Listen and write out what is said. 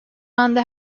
anda